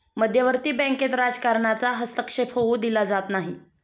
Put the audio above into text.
मध्यवर्ती बँकेत राजकारणाचा हस्तक्षेप होऊ दिला जात नाही